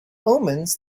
omens